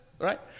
right